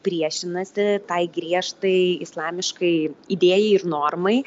priešinasi tai griežtai islamiškai idėjai ir normai